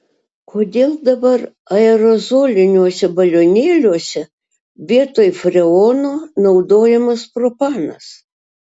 kodėl dabar aerozoliniuose balionėliuose vietoj freono naudojamas propanas